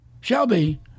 Shelby